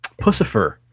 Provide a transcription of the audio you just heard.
Pussifer